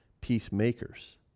peacemakers